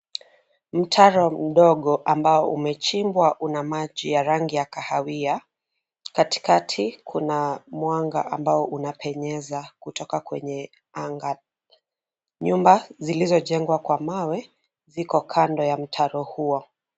Mtaro mdogo ambao umechimbwa una maji ya rangi ya kahawia. Katikati kuna mwanga ambao unapenyeza kutoka kwenye anga. Nyumba zilizojengwa kwa mawe, ziko kando ya mtaro huo.